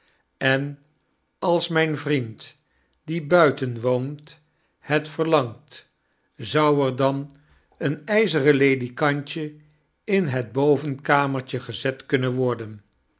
en als myn vriend die buiten woont het verlangt zou er dan een jzeren ledikantje in het bovenkamertje gezet kunnen worden